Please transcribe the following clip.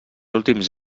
últims